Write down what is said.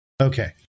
Okay